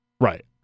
right